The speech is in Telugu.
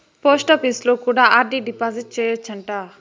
పోస్టాపీసులో కూడా ఆర్.డి డిపాజిట్ సేయచ్చు అంట